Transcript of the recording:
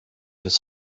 his